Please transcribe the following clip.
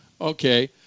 Okay